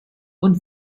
und